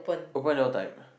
appoint your time